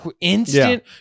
instant